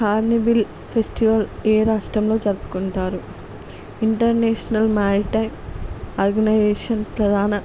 hornbill festival ఏ రాష్ట్రంలో జరుపుకుంటారు ఇంటర్నేషనల్ మ్యారిటైమ్ ఆర్గనైజేషన్ ప్రధాన